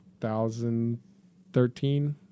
2013